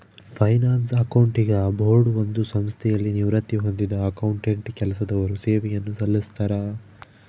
finance accounting board ಒಂದು ಸಂಸ್ಥೆಯಲ್ಲಿ ನಿವೃತ್ತಿ ಹೊಂದಿದ್ದ ಅಕೌಂಟೆಂಟ್ ಕೆಲಸದವರು ಸೇವೆಯನ್ನು ಸಲ್ಲಿಸ್ತರ